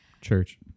church